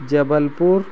Jabalpur